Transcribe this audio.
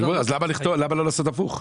אז למה לא לעשות הפוך?